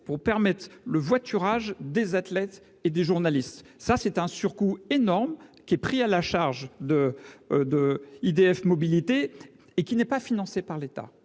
pour permettre le voiturage des athlètes et des journalistes. Voilà un surcoût énorme, qui est à la charge d'Île-de-France Mobilités et qui n'est pas financé par l'État.